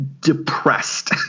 depressed